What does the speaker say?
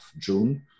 June